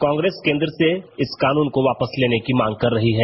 कांग्रेस केन्द्र से इस कानून को वापस लेने की मांग कर रही है